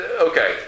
okay